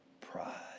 Pride